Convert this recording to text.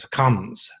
comes